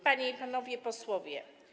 Panie i Panowie Posłowie!